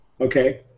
Okay